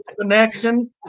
connection